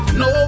no